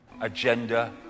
Agenda